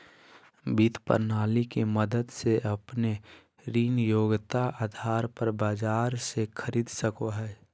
वित्त प्रणाली के मदद से अपने ऋण योग्यता आधार पर बाजार से खरीद सको हइ